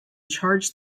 charged